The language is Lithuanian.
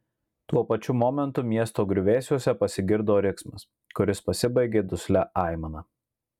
tuo pačiu momentu miesto griuvėsiuose pasigirdo riksmas kuris pasibaigė duslia aimana